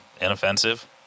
inoffensive